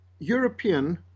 european